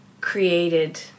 created